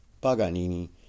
Paganini